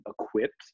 equipped